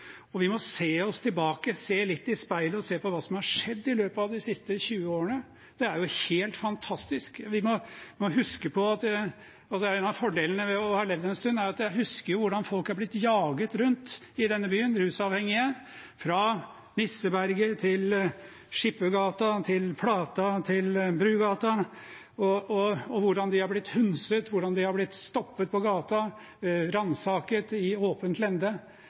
og vi må se oss tilbake, se litt i speilet og se på hva som har skjedd i løpet av de siste 20 årene. Det er jo helt fantastisk. En av fordelene ved å ha levd en stund er at jeg husker hvordan folk – rusavhengige – er blitt jaget rundt i denne byen, fra Nisseberget til Skippergata til Plata til Brugata, hvordan de har blitt hundset, og hvordan de har blitt stoppet på gata og ransaket i åpent lende.